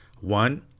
one